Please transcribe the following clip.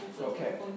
Okay